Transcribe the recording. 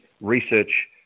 research